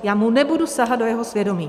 Já mu nebudu sahat do jeho svědomí.